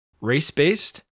race-based